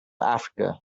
africa